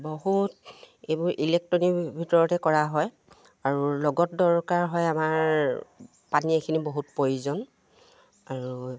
বহুত এইবোৰ ইলেক্ট্ৰনিক ভিতৰতে কৰা হয় আৰু লগত দৰকাৰ হয় আমাৰ পানী এখিনিৰ বহুত প্ৰয়োজন আৰু